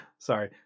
Sorry